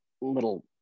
little